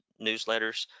newsletters